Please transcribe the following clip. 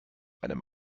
einem